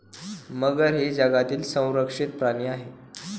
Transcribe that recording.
मगर ही जगातील संरक्षित प्राणी आहे